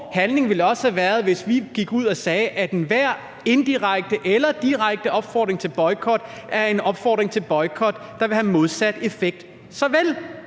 Handling ville også have været, hvis vi gik ud og sagde, at enhver indirekte eller direkte opfordring til boykot er en opfordring til boykot, der lige såvel vil have modsat effekt,